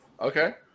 Okay